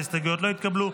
ההסתייגויות לא התקבלו.